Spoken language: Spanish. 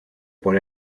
por